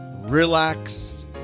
relax